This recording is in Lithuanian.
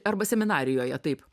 arba seminarijoje taip